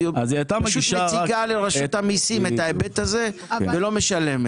אז היא הייתה מציגה לרשות המיסים את ההיבט הזה ולא משלמת.